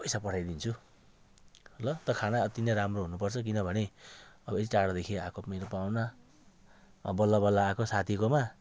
पैसा पठाइदिन्छु ल तर खाना अति नै राम्रो हुनु पर्छ किनभने अब यति टाढोदेखि आएको मेरो पाहुना अब बल्ल बल्ल आएको साथीकोमा